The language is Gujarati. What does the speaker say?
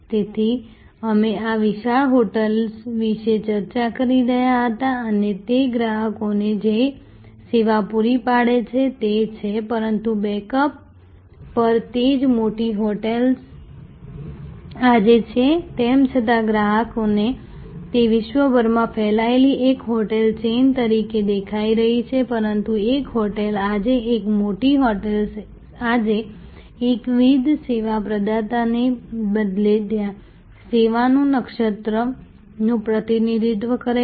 તેથી અમે આ વિશાળ હોટેલ વિશે ચર્ચા કરી રહ્યા હતા અને તે ગ્રાહકોને જે સેવા પૂરી પાડે છે તે છે પરંતુ બેકએન્ડ પર તે જ મોટી હોટેલ આજે છે તેમ છતાં ગ્રાહકને તે વિશ્વભરમાં ફેલાયેલી એક હોટેલ ચેઇન તરીકે દેખાઈ રહી છે પરંતુ એક હોટેલ આજે એક મોટી હોટેલ આજે એકવિધ સેવા પ્રદાતાને બદલે સેવાના નક્ષત્રનું પ્રતિનિધિત્વ કરે છે